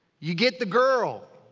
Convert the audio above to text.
you get the girl.